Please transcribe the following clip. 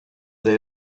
they